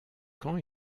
camp